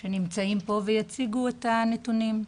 שנמצאים פה ויוכלו להציג את הנתונים.